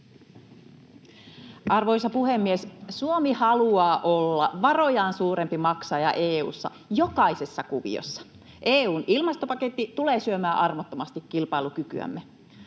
Arvoisa puhemies! Suomi haluaa olla varojaan suurempi maksaja EU:ssa jokaisessa kuviossa. EU:n ilmastopaketti tulee syömään armottomasti kilpailukykyämme.